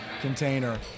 container